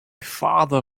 father